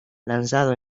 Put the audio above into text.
lanzado